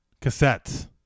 cassettes